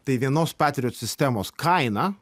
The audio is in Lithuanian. tai vienos patriot sistemos kaina